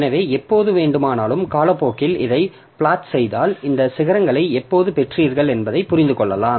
எனவே எப்போது வேண்டுமானாலும் காலப்போக்கில் இதை பிளாட் செய்தால் இந்த சிகரங்களை எப்போது பெற்றீர்கள் என்பதை புரிந்து கொள்ளலாம்